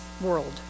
world